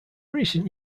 recent